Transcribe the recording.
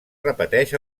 repeteix